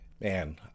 Man